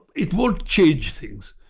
it won't change things.